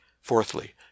fourthly